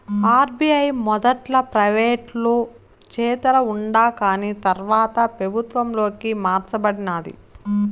RBI మొదట్ల ప్రైవేటోలు చేతల ఉండాకాని తర్వాత పెబుత్వంలోకి మార్స బడినాది